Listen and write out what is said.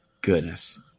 goodness